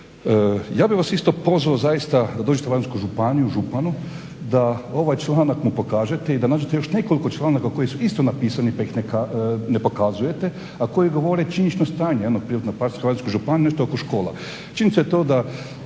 Ja bih vas isto pozvao zaista da dođete u Varaždinsku županiju županu, da ovaj članak mu pokažete i da nađete još nekoliko članaka koji su isto napisani pa ih ne pokazujete, a koji govore činjenično stanje. Javno privatno partnerstvo Varaždinske županije nešto oko škola. Činjenica je to da